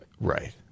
Right